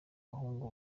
abahungu